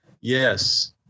Yes